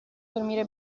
dormire